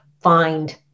find